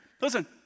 listen